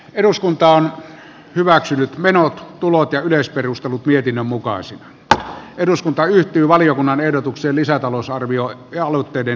eduskunta on hyväksynyt lisätalousarvion mietinnön mukaan se että eduskunta ryhtyy valiokunnan ehdotukseen lisätalousarvio ja mukaisina